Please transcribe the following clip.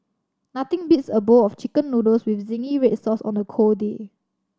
nothing beats a bowl of Chicken Noodles with zingy red sauce on a cold day